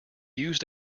used